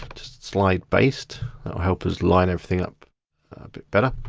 just slide based. that'll help us line everything up a bit better.